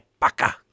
Baka